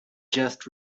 just